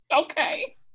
Okay